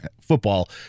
football